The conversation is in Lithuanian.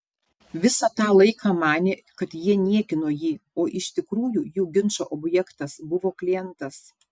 visą tą laiką manė kad jie niekino jį o iš tikrųjų jų ginčo objektas buvo klientas